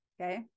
Okay